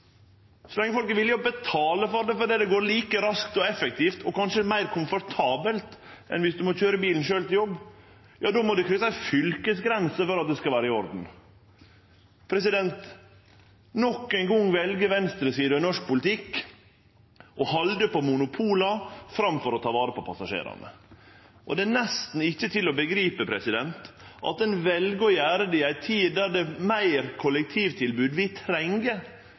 så lenge folk er villige til å betale for det fordi det går like raskt og effektivt og kanskje er meir komfortabelt enn om du må køyre bilen sjølv til jobb, ja då må ein krysse ei fylkesgrense for at det skal vere i orden. Nok ein gong vel venstresida i norsk politikk å halde på monopola framfor å ta vare på passasjerane. Det er nesten ikkje til å begripe at ein vel å gjere det i ei tid der det er fleire kollektivtilbod vi treng,